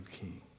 king